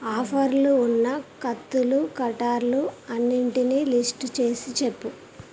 ఆఫర్లు ఉన్న కత్తులు కటార్లు అన్నింటినీ లిస్టు చేసి చెప్పు